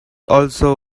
also